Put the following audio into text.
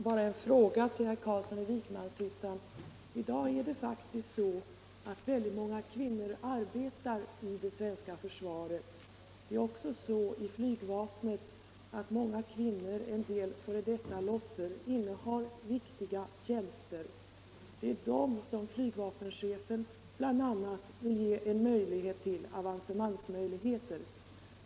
Fru talman! I dag är det faktiskt så, herr Carlsson i Vikmanshyttan, att väldigt många kvinnor arbetar i det svenska försvaret. Inom flygvapnet innehar många kvinnor, en del f. d. lottor, viktiga tjänster. Det är bl.a. dem som flygvapenchefen vill ge en möjlighet till avancemang.